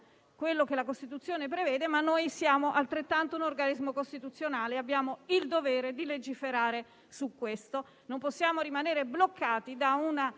prevede la Costituzione, noi siamo altrettanto un organo costituzionale e abbiamo il dovere di legiferare su questo. Non possiamo rimanere bloccati da una